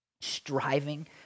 striving